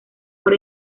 por